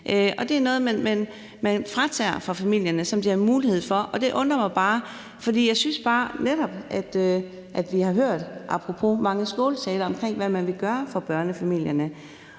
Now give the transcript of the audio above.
Det er noget, man fratager familierne at have mulighed for, og det undrer mig bare, for jeg synes netop, at vi – apropos de mange skåltaler – har hørt, hvad man vil gøre for børnefamilierne.